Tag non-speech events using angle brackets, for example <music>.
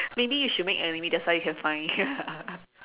maybe you should make enemy that's how you can find ya <laughs>